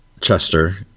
Chester